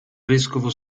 vescovo